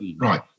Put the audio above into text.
right